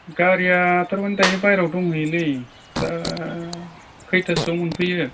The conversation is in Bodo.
गारिया थारमाने दायो बाहेराव दंहैयोलै दा खैथासोआव मोनफैयो